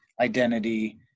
identity